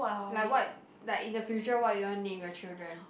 like what like in the future what you want to name your children